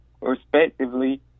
respectively